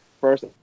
first